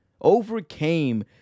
overcame